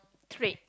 trait